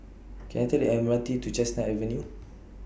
Can I Take The M R T to Chestnut Avenue